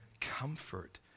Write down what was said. comfort